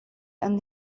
and